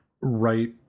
right